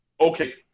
okay